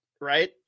right